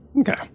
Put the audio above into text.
Okay